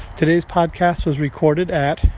today's podcast was recorded at.